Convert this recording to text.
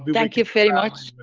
but thank you very much.